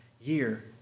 year